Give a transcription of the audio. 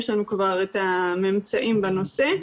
יש לנו כבר את הממצאים בנושא,